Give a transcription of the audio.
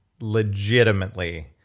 legitimately